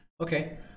Okay